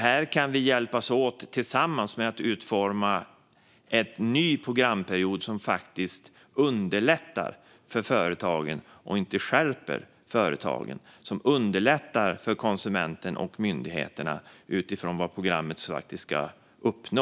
Här kan vi hjälpas åt med att utforma en ny programperiod som underlättar för företagen och inte stjälper dem och som underlättar för konsumenterna och myndigheterna utifrån vad programmet faktiskt ska uppnå.